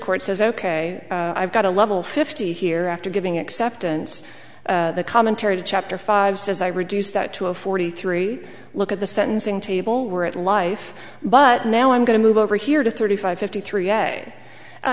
court says ok i've got a level fifty here after giving acceptance commentary to chapter five says i reduce that to a forty three look at the sentencing table we're at life but now i'm going to move over here to thirty five fifty three